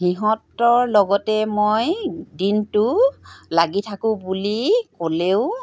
সিহঁতৰ লগতে মই দিনটো লাগি থাকোঁ বুলি ক'লেও